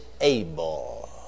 able